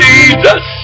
Jesus